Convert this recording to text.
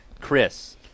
Chris